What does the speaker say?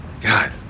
God